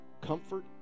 comfort